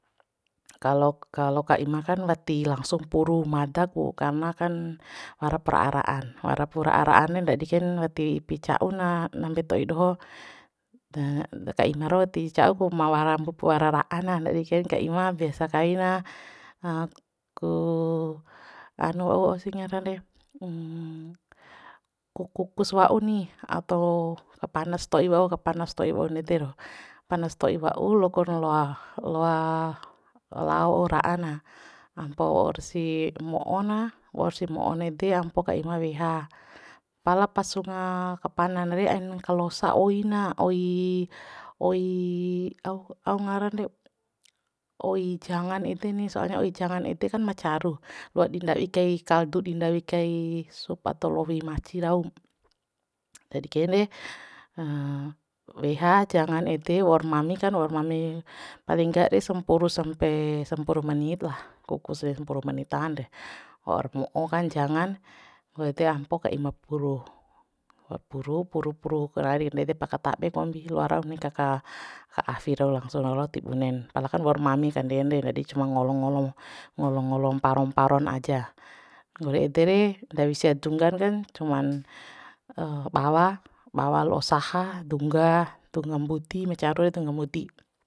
Kalo kalo ka ima kan wati langsung puru mada ku karna kan warap ra'a ra'a warapu ra'a ra'a ndadi kain wati ipi ca'u na ndambe to'i doho ka ima rau ti ca'u ku ma wara mbup wara ra'a na ndadi kain ka ima biasa kaina hanu au ngaran re ku ku kus wa'u ni ato kapana sto'i wau kapana sto'i wau nde de ro panas sto'i wau loakor loa loa lao ra'a na ampo waursi mo'o na waursi mo'on ede ampo ka ima weha pala pas unga kapana nare aina kalosa oina oi oi au ngaran re oi jangan ede ni soalnya oi jangan ede kan ma caru loa di ndawi kai kaldu lao di ndawi kai sup atau lowi maci raum ndadi kain re weha jangan ede maur mami kan waur mani paling gk re sampuru sampe sampuru menitlah kukus re sampuru menit re waur mo'o kan jangan wau ede ampo ka ima puru puru puru puru kanari ndedep aka tabe kombi loa rau ni kaka ka afi rau langsung lalo ti bunen palakan waur mami kande re ndadi cuma ngolong ngolong ngolong ngolong mparon mparon aja nggori ede re ndawi sia dunggan kan cuman bawa bawa la'o saha dungga dungga mbudi ma caru dungga mbudi